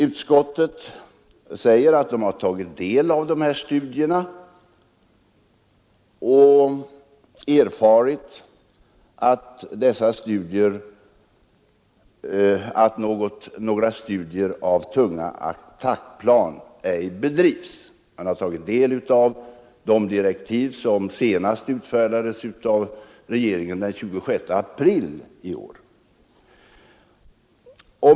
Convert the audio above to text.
Utskottet sade att man hade tagit del av dessa studier och erfarit att några studier av tunga attackplan ej bedrivs man hade tagit del av de direktiv som senast utfärdats av regeringen den 26 april i år.